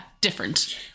different